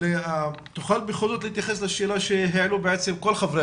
תוכל בכל זאת להתייחס לשאלה שהעלו כל חברי